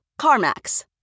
CarMax